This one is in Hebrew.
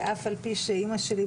ואף על פי שאימא שלי,